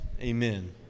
Amen